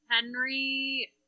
Henry